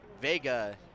Vega